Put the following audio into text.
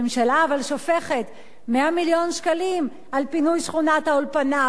אבל הממשלה שופכת 100 מיליון שקלים על פינוי שכונת-האולפנה,